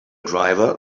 driver